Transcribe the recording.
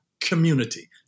community